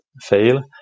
fail